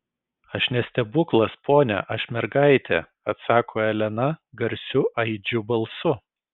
aš ne stebuklas pone aš mergaitė atsako elena garsiu aidžiu balsu